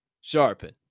Sharpen